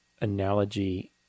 analogy